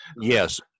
Yes